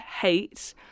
hate